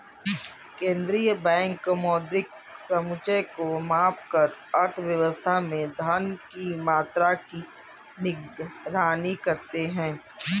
केंद्रीय बैंक मौद्रिक समुच्चय को मापकर अर्थव्यवस्था में धन की मात्रा की निगरानी करते हैं